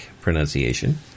pronunciation